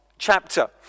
Chapter